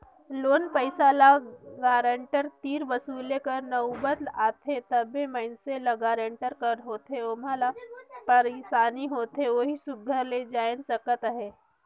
loan पइसा ल guarantor तीर वसूले कर नउबत आथे तबे मइनसे ल गारंटर का होथे ओम्हां का पइरसानी होथे ओही सुग्घर ले जाएन सकत अहे